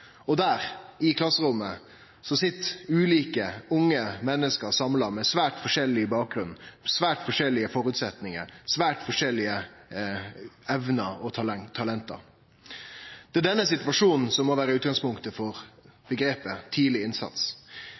Og der – i klasserommet – sit ulike, unge menneske samla med svært forskjellig bakgrunn, svært forskjellige føresetnader, med svært forskjellige evner og talent. Det er denne situasjonen som må vere utgangspunktet for omgrepet «tidleg innsats». Tidleg innsats